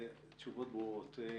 התשובות ברורות.